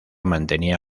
mantenía